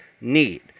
need